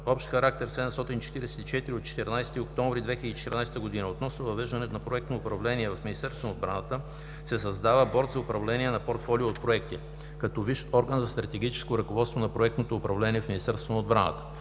№ ОХ-744/14 октомври 2014 г. относно въвеждане на проектно управление в Министерството на отбраната се създава Борд за управление на портфолио от проекти, като висш орган за стратегическо ръководство на проектното управление в Министерството на отбраната.